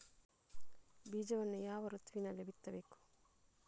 ಬೀಜವನ್ನು ಯಾವ ಋತುವಿನಲ್ಲಿ ಬಿತ್ತಬೇಕು?